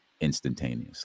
instantaneously